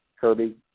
Kirby